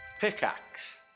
Pickaxe